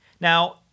Now